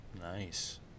Nice